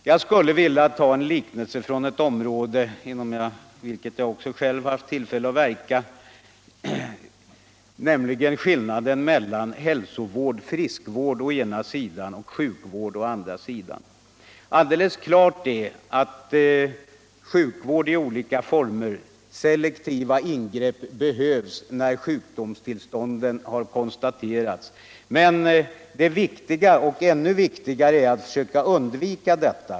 Jag skulle vilja ia en liknelse från ett annat samhällsområde, nämligen skillnaden mellan hältsovård och friskvård å ena sidan och sjukvård å andra sidan. Alldeles klart är att sjukvård i olika former, selektiva ingrepp. behövs när sjukdomstillstånden har konstaterats, men ännu viktigare är att försöka undvika insjuknandet.